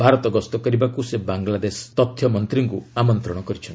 ଭାରତ ଗସ୍ତ କରିବାକ୍ ସେ ବାଙ୍ଗଲାଦେଶ ମନ୍ତ୍ରୀଙ୍କୁ ଆମନ୍ତ୍ରଣ କରିଚ୍ଛନ୍ତି